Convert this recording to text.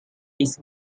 his